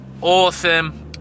awesome